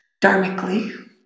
dharmically